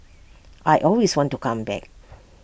I always want to come back